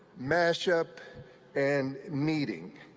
mashup and meeting.